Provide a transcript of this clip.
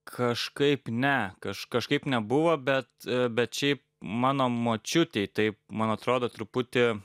kažkaip ne kaž kažkaip nebuvo bet bet šiaip mano močiutei taip man atrodo truputį